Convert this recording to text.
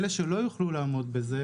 אלה שלא יוכלו לעמוד בזה,